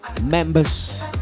members